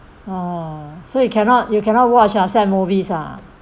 oh so you cannot you cannot watch lah sad movies ah